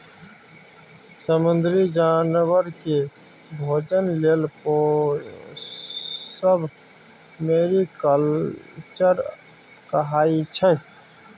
समुद्री जानबर केँ भोजन लेल पोसब मेरीकल्चर कहाइ छै